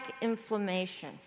inflammation